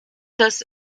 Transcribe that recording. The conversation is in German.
das